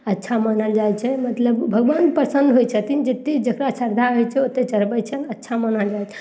अच्छा मानल जाइ छै मतलब भगवान प्रसन्न होइ छथिन जते जकरा श्रद्धा होइ छै ओते चढ़बय छनि अच्छा मानल जाइ